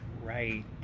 right